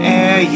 air